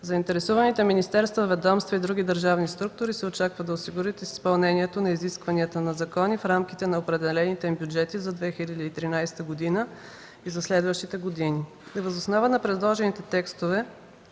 Заинтересованите министерства, ведомства и други държавни структури се очаква да осигурят изпълнението на изискванията на закона в рамките на определените им бюджети за 2013 г. и за следващи години. Въз основа на предложените текстове